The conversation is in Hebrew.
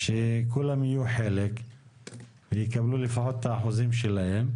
שכולם יהיו חלק ויקבלו את האחוזים שלהם,